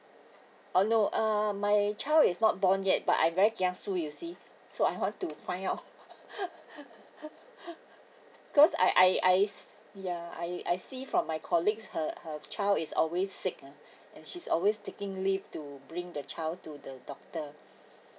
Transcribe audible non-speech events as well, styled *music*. oh no uh my child is not born yet but I very kiasu you see so I want to find out *laughs* because I I ya I I see from my colleagues her her child is always sick ah she's always taking leave to bring the child to the doctor